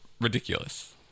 Ridiculous